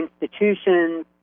institutions